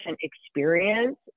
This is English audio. experience